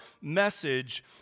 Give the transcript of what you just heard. message